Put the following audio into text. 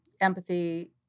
empathy